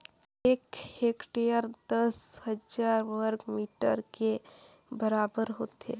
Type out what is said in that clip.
एक हेक्टेयर दस हजार वर्ग मीटर के बराबर होथे